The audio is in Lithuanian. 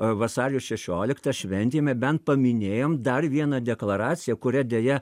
vasario šešioliktą šventėme bent paminėjom dar vieną deklaraciją kuria deja